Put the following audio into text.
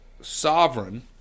sovereign